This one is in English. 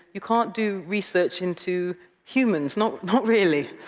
you can't do research into humans, not not really.